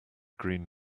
green